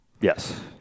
Yes